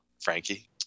frankie